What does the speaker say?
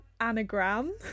anagram